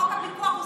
חוק הפיקוח הוא ספר.